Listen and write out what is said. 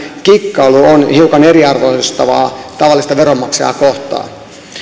kikkailu on hiukan eriarvoistavaa tavallista veronmaksajaa kohtaan